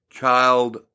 child